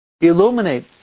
illuminate